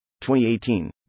2018